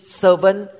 servant